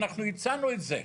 ואנחנו הצענו את זה.